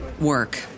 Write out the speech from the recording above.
work